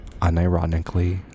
unironically